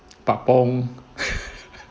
patpong